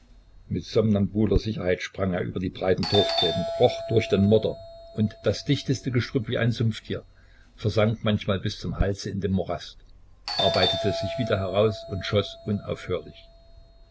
mit somnambuler sicherheit sprang er über die breitesten torfgräben kroch durch den modder und das dichteste gestrüpp wie ein sumpftier versank manchmal bis zum halse in den morast arbeitete sich wieder heraus und schoß unaufhörlich